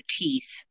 teeth